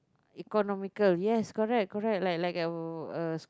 economical yes correct correct like like I will uh